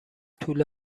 توله